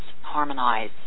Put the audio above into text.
harmonize